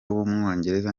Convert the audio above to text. w’umwongereza